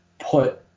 put